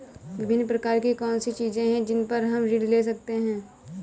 विभिन्न प्रकार की कौन सी चीजें हैं जिन पर हम ऋण ले सकते हैं?